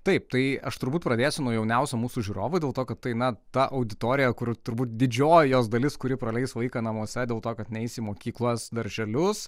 taip tai aš turbūt pradėsiu nuo jauniausių mūsų žiūrovų dėl to kad tai na ta auditorija kur turbūt didžioji jos dalis kuri praleis laiką namuose dėl to kad neis į mokyklas darželius